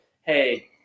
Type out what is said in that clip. hey